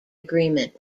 agreement